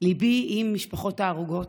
ליבי עם משפחות ההרוגות.